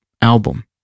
album